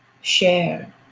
share